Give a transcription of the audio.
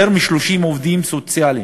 יותר מ-30 עובדים סוציאליים.